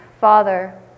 Father